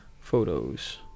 photos